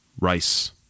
rice